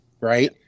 right